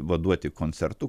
vaduoti koncertu